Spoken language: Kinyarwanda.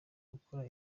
gukora